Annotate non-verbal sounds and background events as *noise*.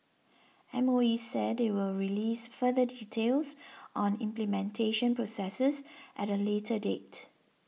M O E said it will release further *unintelligible* on implementation processes at a later date